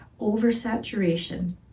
Oversaturation